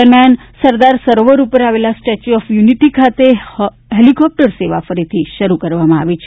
દરમ્યાન સરદાર સરોવર ઉપર આવેલા સ્ટેચ્ય ઓફ ્યુનિટી ખાતે હેલીકોપ્ટર સેવા ફરીથી શરૂ કરવામાં આવી છે